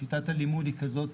שיטת הלימוד היא כזאת